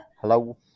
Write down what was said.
Hello